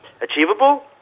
Achievable